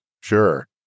sure